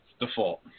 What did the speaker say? default